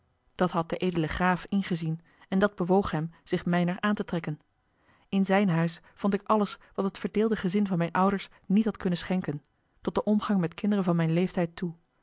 dat had de edele graaf ingezien en dat bewoog hem zich mijner aan te trekken in zijn huis vond ik alles wat het verdeelde gezin van mijne ouders niet had kunnen schenken tot den omgang met kinderen van a l g bosboom-toussaint de delftsche wonderdokter eel mijn leeftijd toe